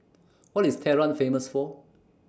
What IS Tehran Famous For